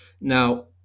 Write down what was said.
Now